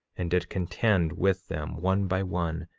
and did contend with them one by one,